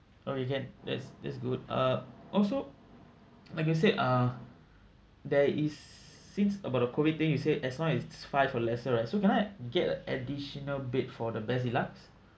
or you can that's that's good uh also like you said ah there is since about the COVID thing you said as long as it's five or lesser right so you can I get a additional bed for the best deluxe